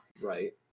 Right